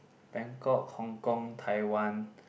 bangkok hong-kong Taiwan